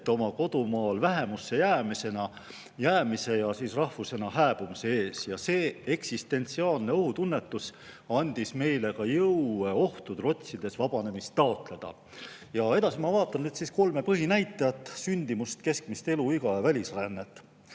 muret oma kodumaal vähemusse jäämise ja rahvusena hääbumise pärast. See eksistentsiaalne ohutunnetus andis meile jõu ohtu trotsides vabanemist taotleda. Edasi ma vaatan kolme põhinäitajat: sündimust, keskmist eluiga ja välisrännet.